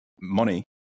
money